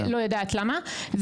אני לא יודעת למה.